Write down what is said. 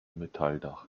metalldach